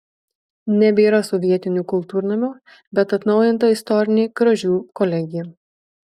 nebėra sovietinio kultūrnamio bet atnaujinta istorinė kražių kolegija